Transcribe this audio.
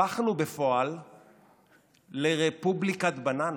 הפכנו בפועל לרפובליקת בננות.